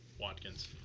Watkins